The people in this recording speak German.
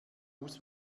muss